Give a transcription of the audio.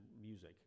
music